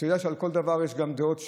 אתה יודע שעל כל דבר יש גם דעות שניות,